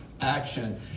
action